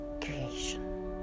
creation